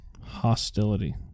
Hostility